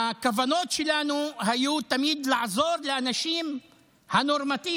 הכוונות שלנו היו תמיד לעזור לאנשים הנורמטיביים,